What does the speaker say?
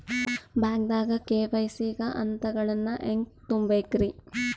ಬ್ಯಾಂಕ್ದಾಗ ಕೆ.ವೈ.ಸಿ ಗ ಹಂತಗಳನ್ನ ಹೆಂಗ್ ತುಂಬೇಕ್ರಿ?